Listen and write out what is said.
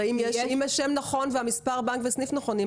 הרי אם השם נכון ומספר הבנק וסניף נכונים,